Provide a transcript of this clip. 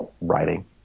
writing